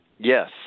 Yes